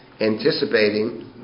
anticipating